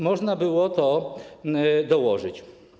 Można było to dołożyć.